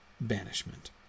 banishment